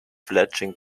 fledgling